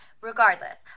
regardless